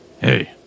hey